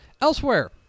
Elsewhere